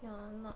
ya not